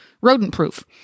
rodent-proof